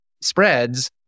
spreads